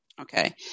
okay